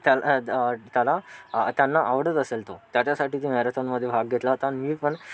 त्याला त्याला त्यांना आवडत असेल तो त्याच्यासाठी मॅरेथॉनमध्ये भाग घेतला होता आणि मी पण